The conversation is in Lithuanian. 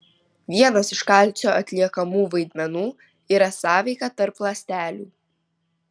vienas iš kalcio atliekamų vaidmenų yra sąveika tarp ląstelių